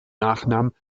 nachnamen